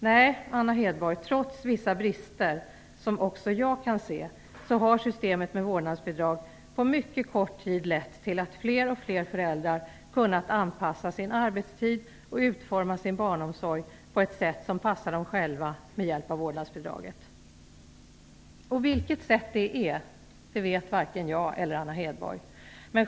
Nej, Anna Hedborg; trots vissa brister, som också jag kan se, har systemet med vårdnadsbidrag på mycket kort tid lett till att fler och fler föräldrar kunnat anpassa sin arbetstid och utforma sin barnomsorg på ett sätt som passar dem själva. Vilket sätt det är vet varken jag eller Anna Hedborg.